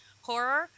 horror